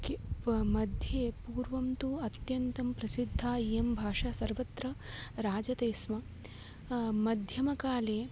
किं वा मध्ये पूर्वं तु अत्यन्तं प्रसिद्धा इयं भाषा सर्वत्र राजते स्म मध्यमकाले